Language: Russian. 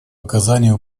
оказанию